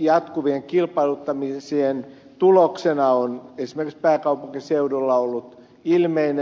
jatkuvien kilpailuttamisien tuloksena on esimerkiksi pääkaupunkiseudulla ollut ilmeinen